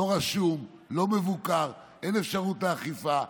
לא רשום, לא מבוקר, ואין אפשרות לאכיפה.